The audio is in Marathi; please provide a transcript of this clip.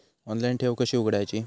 ऑनलाइन ठेव कशी उघडायची?